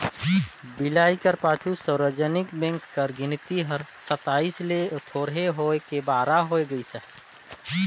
बिलाए कर पाछू सार्वजनिक बेंक कर गिनती हर सताइस ले थोरहें होय के बारा होय गइस अहे